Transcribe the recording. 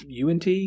UNT